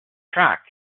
tracts